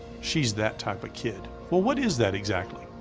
she's that type of kid what what is that exactly?